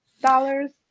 dollars